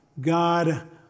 God